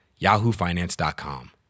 yahoofinance.com